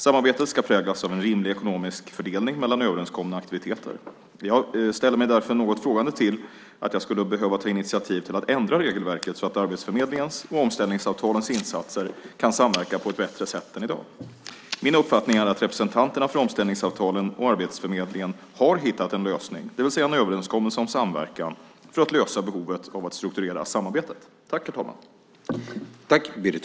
Samarbetet ska präglas av en rimlig ekonomisk fördelning mellan överenskomna aktiviteter. Jag ställer mig därför något frågande till att jag skulle behöva ta initiativ till att ändra regelverket så att Arbetsförmedlingens och omställningsavtalens insatser kan samverka på ett bättre sätt än i dag. Min uppfattning är att representanterna för omställningsavtalen och Arbetsförmedlingen har hittat en lösning, det vill säga en överenskommelse om samverkan, för att lösa behovet av att strukturera samarbetet.